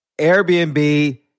Airbnb